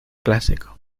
clásico